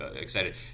excited